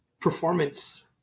performance